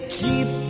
keep